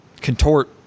contort